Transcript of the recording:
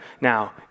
now